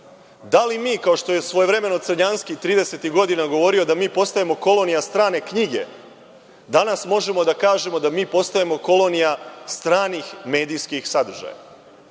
Da li mi, kao što je svojevremeno Crnjanski tridesetih godina govorio da mi postajemo kolonija strane knjige, danas možemo da kažemo da mi postajemo poput kolonija stranih medijskih sadržaja,